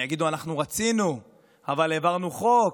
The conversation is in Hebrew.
הם יגידו: אנחנו רצינו להעביר חוק